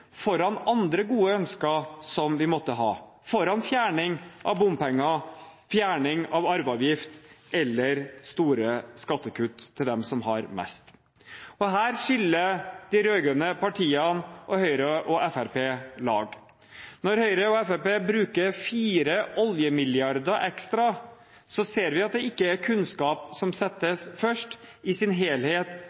foran andre gode ønsker som vi måtte ha – foran fjerning av bompenger, fjerning av arveavgift eller store skattekutt til dem som har mest. Her skiller de rød-grønne partiene og Høyre og Fremskrittspartiet lag. Når Høyre og Fremskrittspartiet bruker fire oljemilliarder ekstra, ser vi at det ikke er kunnskap som settes først. I sin helhet